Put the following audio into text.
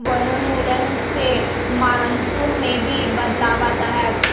वनोन्मूलन से मानसून में भी बदलाव आता है